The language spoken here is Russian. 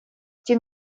тем